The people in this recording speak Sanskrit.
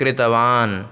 कृतवान्